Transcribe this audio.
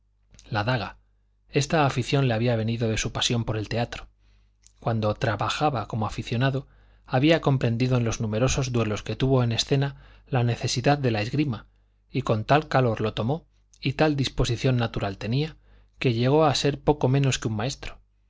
la daga esta afición le había venido de su pasión por el teatro cuando trabajaba como aficionado había comprendido en los numerosos duelos que tuvo en escena la necesidad de la esgrima y con tal calor lo tomó y tal disposición natural tenía que llegó a ser poco menos que un maestro